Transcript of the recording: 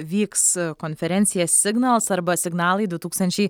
vyks konferencija signals arba signalai du tūkstančiai